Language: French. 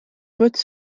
vote